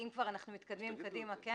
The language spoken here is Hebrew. ואם כבר אנחנו מתקדמים קדימה אז